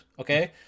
okay